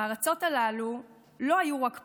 בארצות הללו לא היו רק פרעות,